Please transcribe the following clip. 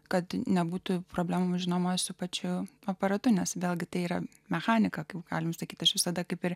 kad nebūtų problemų žinoma su pačiu aparatu nes vėlgi tai yra mechanika kai galime sakyti aš visada kaip ir